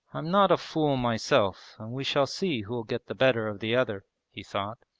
i'm not a fool myself and we shall see who'll get the better of the other he thought,